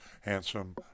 handsome